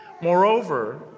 Moreover